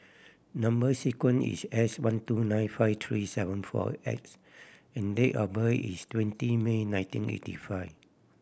number sequence is S one two nine five three seven four X and date of birth is twenty May nineteen eighty five